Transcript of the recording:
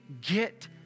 get